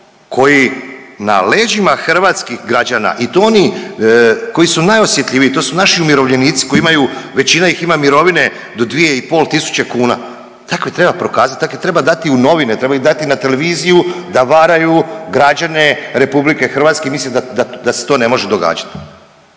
koji na leđima hrvatskih građana i to oni koji su najosjetljiviji, to su naši umirovljenici koji imaju većina ih ima mirovine do 2,5 tisuće kuna, takve treba prokazati, takve treba dati u novine, treba ih dati na televiziju da varaju građane RH. Mislim da se to ne može događati.